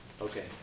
Okay